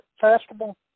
Festival